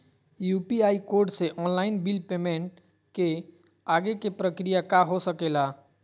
UPI code से online bill payment के आगे के प्रक्रिया का हो सके ला?